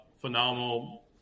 phenomenal –